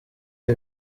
ibi